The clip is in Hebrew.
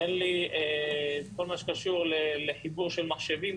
אין לי את כל מה שקשור לחיבור של מחשבים,